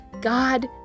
God